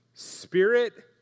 Spirit